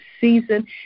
season